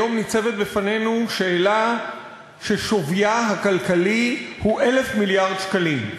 היום ניצבת בפנינו שאלה ששווייה הכלכלי הוא 1,000 מיליארד שקלים.